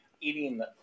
eating